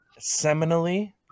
seminally